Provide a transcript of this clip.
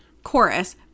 chorus